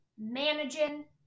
managing